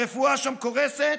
הרפואה שם קורסת,